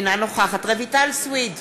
אינה נוכחת רויטל סויד,